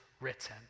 written